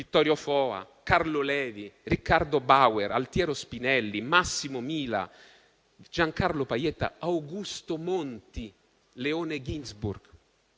Vittorio Foa, Carlo Levi, Riccardo Bauer, Altiero Spinelli, Massimo Mila, Gian Carlo Pajetta, Augusto Monti, Leone Ginzburg.